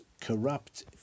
corrupt